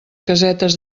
casetes